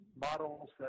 models